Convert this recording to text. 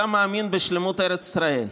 אתה מאמין בשלמות ארץ ישראל.